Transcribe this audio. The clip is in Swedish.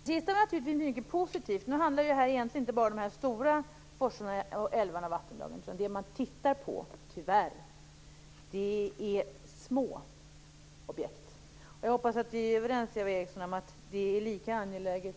Fru talman! Det senaste var naturligtvis mycket positivt. Nu handlar det inte bara om de stora forsarna, älvarna och andra vattendrag. Det man tyvärr tittar på är små objekt. Jag hoppas att Eva Eriksson och jag kan vara överens om att det är lika angeläget